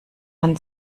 man